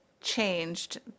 changed